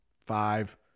five